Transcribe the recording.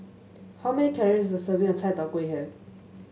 how many calories is a serving of Chai Tow Kuay have